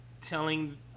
telling